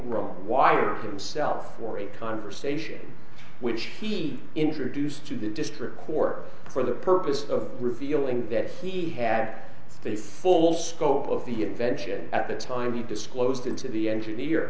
wrong why himself for a conversation which he introduced to the district court for the purpose of revealing that he had this full scope of the invention at the time he disclosed into the engineer